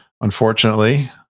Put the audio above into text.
unfortunately